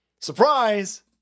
Surprise